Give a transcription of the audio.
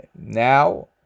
now